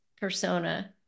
persona